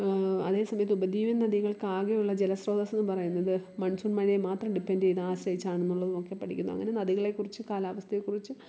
അതേസമയത്ത് ഉപദ്വീപൻ നദികൾക്കാകെയുള്ള ജല ശ്രോതസ്സെന്നു പറയുന്നത് മൺസൂൺ മഴയെ മാത്രം ഡിപ്പെൻറ്റ് ചെയ്താശ്രയിച്ചാണെന്നുള്ളതൊക്കെ പഠിക്കുന്നു അങ്ങനെ നദികളെക്കുറിച്ച് കാലാവസ്ഥയെക്കുറിച്ചും